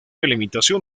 alimentación